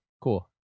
cool